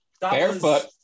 Barefoot